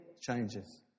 changes